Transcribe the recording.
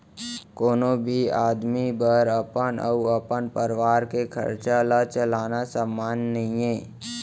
कोनो भी आदमी बर अपन अउ अपन परवार के खरचा ल चलाना सम्मान नइये